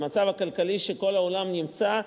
במצב הכלכלי שכל העולם נמצא בו,